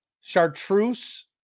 chartreuse